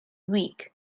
weak